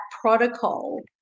protocol